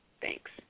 Thanks